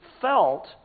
felt